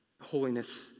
Holiness